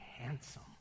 handsome